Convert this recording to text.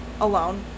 alone